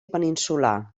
peninsular